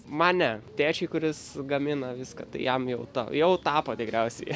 man ne tėčiui kuris gamina viską jam jau tą jau tapo tikriausiai